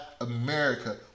America